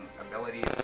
abilities